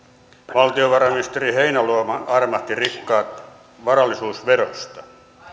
valtiovarainministeri heinäluoma armahti rikkaat varallisuusverosta